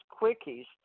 quickies